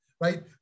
right